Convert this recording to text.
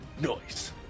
Noise